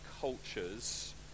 cultures